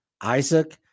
Isaac